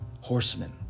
Horsemen